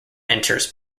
enters